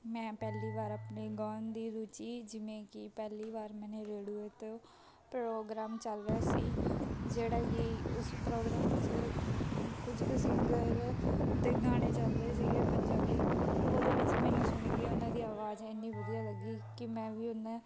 ਮੈਂ ਪਹਿਲੀ ਵਾਰ ਆਪਣੇ ਗਾਉਣ ਦੀ ਰੁਚੀ ਜਿਵੇਂ ਕਿ ਪਹਿਲੀ ਵਾਰ ਮੈਨੂੰ ਰੇਡੀਓ ਤੋਂ ਪ੍ਰੋਗਰਾਮ ਚੱਲ ਰਿਹਾ ਸੀ ਜਿਹੜਾ ਕਿ ਉਸ ਪ੍ਰੋਗਰਾਮ ਵਿੱਚ ਕੁਝ ਕੁ ਸਿੰਗਰ ਦੇ ਗਾਣੇ ਚੱਲ ਰਹੇ ਸੀਗੇ ਪੰਜਾਬੀ ਉਹਦੇ ਵਿੱਚ ਮੈਨੂੰ ਸੁਣ ਕੇ ਉਹਨਾਂ ਦੀ ਆਵਾਜ਼ ਇੰਨੀ ਵਧੀਆ ਲੱਗੀ ਕਿ ਮੈਂ ਵੀ ਉਹਨਾਂ